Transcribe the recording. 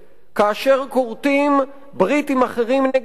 כאשר כורתים ברית עם אחרים נגד המוות,